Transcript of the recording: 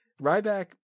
Ryback